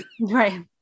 Right